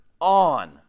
on